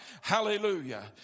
Hallelujah